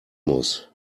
muss